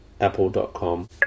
apple.com